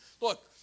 Look